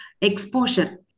exposure